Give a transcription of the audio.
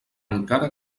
encara